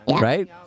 right